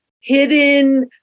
hidden